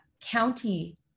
county